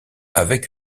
avec